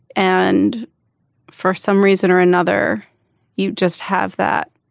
and for some reason or another you just have that